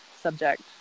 subject